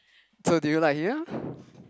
so do you like him~